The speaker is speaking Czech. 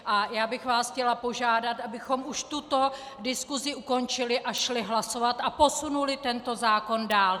A já bych vás chtěla požádat, abychom už tuto diskusi ukončili a šli hlasovat a posunuli tento zákon dál.